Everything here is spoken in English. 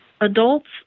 Adults